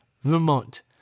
Vermont